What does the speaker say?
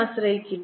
ആശ്രയിക്കുകയില്ല